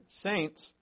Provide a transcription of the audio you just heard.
saints